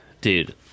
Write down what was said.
Dude